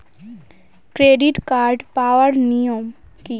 Credit card পাওয়ার নিয়ম কী?